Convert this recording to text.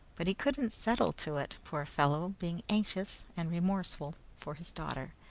but he couldn't settle to it, poor fellow, being anxious and remorseful for his daughter.